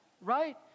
right